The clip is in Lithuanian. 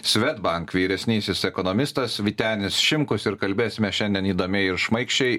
swedbank vyresnysis ekonomistas vytenis šimkus ir kalbėsime šiandien įdomiai ir šmaikščiai